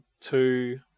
two